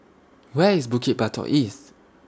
Where IS Bukit Batok East